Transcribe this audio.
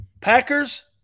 packers